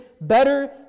better